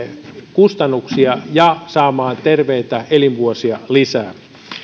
kustannuksia ja saamaan terveitä elinvuosia lisää